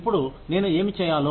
ఇప్పుడు నేను ఏమి చేయాలో